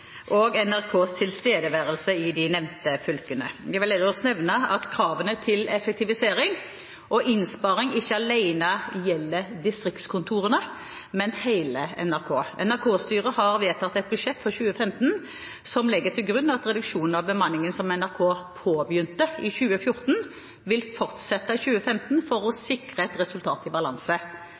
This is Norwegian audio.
og at man ikke legger opp til å rasere verken lokaljournalistikken eller NRKs tilstedeværelse i de nevnte fylkene. Jeg vil ellers nevne at kravene til effektivisering og innsparing ikke alene gjelder distriktskontorene, men hele NRK. NRK-styret har vedtatt et budsjett for 2015 som legger til grunn at reduksjonen av bemanningen som NRK påbegynte i 2014, vil fortsette i 2015 for å sikre et